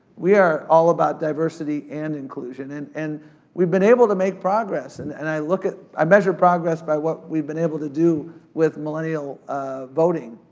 we are all about diversity and inclusion. and and we've been able able to make progress, and and i look at, i measure progress by what we've been able to do with millennial voting.